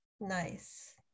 Nice